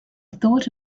thought